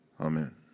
Amen